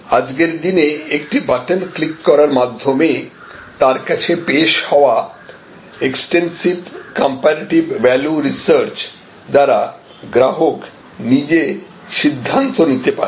আজকের দিনে একটি বাটন ক্লিক করার মাধ্যমে তার কাছে পেশ হওয়া এক্সটেন্সিভ কম্পারেটিভ ভ্যালু রিসার্চ দ্বারা গ্রাহক নিজে সিদ্ধান্ত নিতে পারে